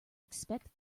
expect